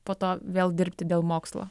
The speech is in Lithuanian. po to vėl dirbti dėl mokslo